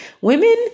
Women